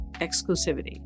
exclusivity